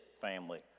family